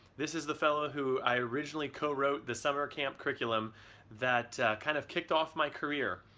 this is the fellow who i originally co-wrote the summer camp curriculum that kind of kicked off my career.